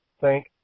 thank